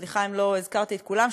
סליחה אם לא הזכרתי את כולם,